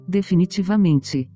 Definitivamente